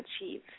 Achieve